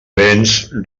vents